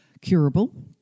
curable